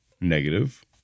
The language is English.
negative